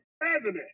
president